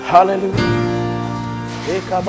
Hallelujah